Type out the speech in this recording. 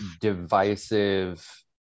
divisive